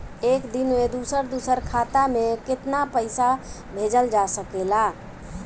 एक दिन में दूसर दूसर खाता में केतना पईसा भेजल जा सेकला?